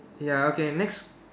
ya okay next